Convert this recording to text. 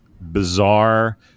bizarre